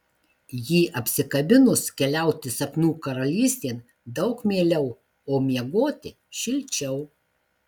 jį apsikabinus keliauti sapnų karalystėn daug mieliau o miegoti šilčiau